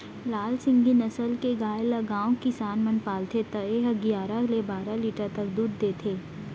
लाल सिंघी नसल के गाय ल गॉँव किसान मन पालथे त ए ह गियारा ले बारा लीटर तक दूद देथे